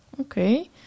Okay